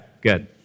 good